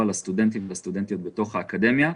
לסטודנטים ולסטודנטיות בתוך האקדמיה.